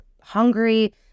hungry